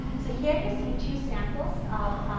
so here you see two samples of